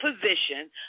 position